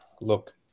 Look